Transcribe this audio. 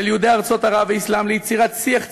יהודי ארצות ערב והאסלאם ליצירת שיח ציבורי,